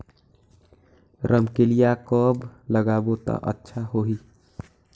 रमकेलिया कब लगाबो ता अच्छा होही?